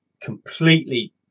completely